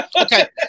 Okay